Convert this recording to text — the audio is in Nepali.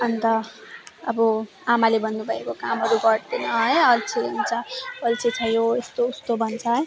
अन्त अब आमाले भन्नुभएको कामहरू गर्दिनँ है अल्छी हुन्छ अल्छे छ यो यस्तो उस्तो भन्छ है